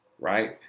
right